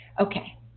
Okay